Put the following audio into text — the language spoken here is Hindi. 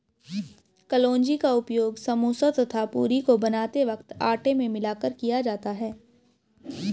कलौंजी का उपयोग समोसा तथा पूरी को बनाते वक्त आटे में मिलाकर किया जाता है